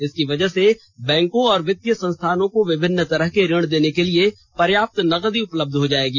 इसकी वजह से बैंकों और वित्तीय संस्थानों को विभिन्न तरह के ऋण देने के लिए पर्याप्त नगदी उपलब्ध हो जायगी